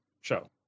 show